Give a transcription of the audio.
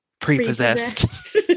Pre-possessed